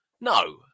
No